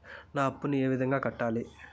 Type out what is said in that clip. నా అప్పులను ఏ విధంగా కట్టాలి?